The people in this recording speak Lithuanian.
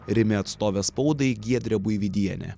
rimi atstovė spaudai giedrė buivydienė